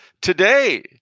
today